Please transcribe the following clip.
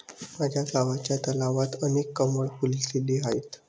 माझ्या गावच्या तलावात अनेक कमळ फुलले आहेत